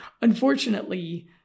Unfortunately